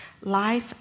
life